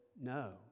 no